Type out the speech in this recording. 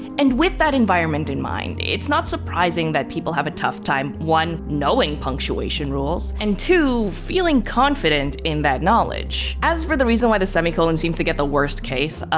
and with that environment in mind, it's not surprising that people have a tough time, one, knowing punctuation rules, and two feeling confident in that knowledge. as for the reason why the semi-colon seems to get the worst case.